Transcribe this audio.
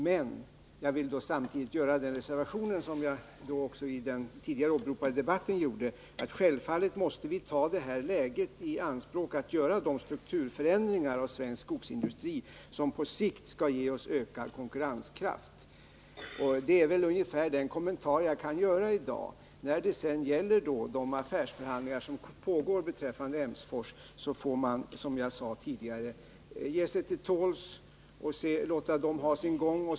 Men jag vill samtidigt göra den reservation som jag gjorde i den tidigare åberopade debatten, nämligen att vi naturligtvis måste utnyttja detta läge för att göra de strukturförändringar inom svensk skogsindustri som på sikt skall ge oss ökad konkurrenskraft. Det är den kommentar jag kan göra i dag. När det gäller de affärsförhandlingar som pågår beträffande Emsfors får vi, som jag sade tidigare, ge oss till tåls och låta dem ha sin gång.